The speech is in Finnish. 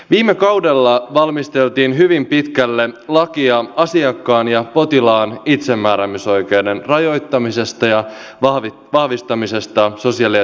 viime kaudella valmisteltiin hyvin pitkälle lakia asiakkaan ja potilaan itsemääräämisoikeuden rajoittamisesta ja vahvistamisesta sosiaali ja terveydenhuollossa